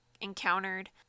encountered